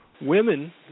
women